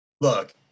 Look